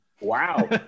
Wow